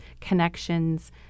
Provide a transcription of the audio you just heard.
connections